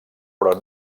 però